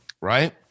Right